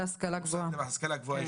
להשכלה גבוהה.